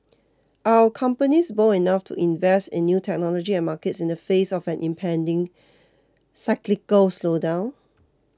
are our companies bold enough to invest in new technology and markets in the face of an impending cyclical slowdown